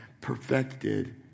perfected